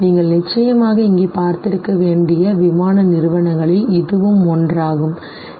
நீங்கள் நிச்சயமாக இங்கே பார்த்திருக்க வேண்டிய விமான நிறுவனங்களில் இதுவும் ஒன்றாகும் சரி